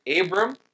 Abram